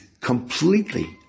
completely